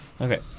Okay